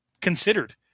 considered